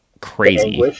crazy